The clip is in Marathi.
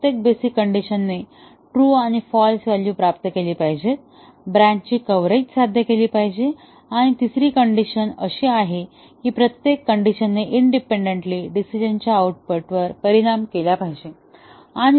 प्रत्येक बेसिक कंडिशनने ट्रू आणि फाल्स व्हॅल्यू प्राप्त केली पाहिजे ब्रँच ची कव्हरेज साध्य केली पाहिजे आणि तिसरी कंडिशन अशी आहे की प्रत्येक कंडिशनने इंडिपेंडेंटली डिसीजनच्या आउटपुटवर परिणाम केला पाहिजे